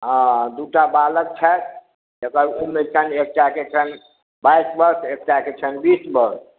हॅं दूटा बालक छथि जकर उम्र एकटा के छियनि बाइस वर्ष एकटा के छियनि बीस बर्ष